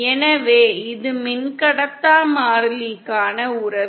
எனவே இது மின்கடத்தா மாறிலிக்கான உறவு